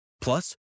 Plus